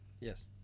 Yes